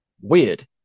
weird